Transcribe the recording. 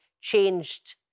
changed